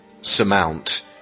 surmount